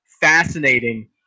fascinating